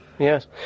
Yes